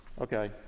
Okay